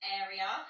area